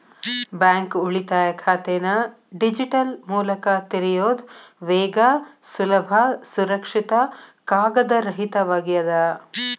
bank ಉಳಿತಾಯ ಖಾತೆನ digital ಮೂಲಕ ತೆರಿಯೋದ್ ವೇಗ ಸುಲಭ ಸುರಕ್ಷಿತ ಕಾಗದರಹಿತವಾಗ್ಯದ